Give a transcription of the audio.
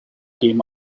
came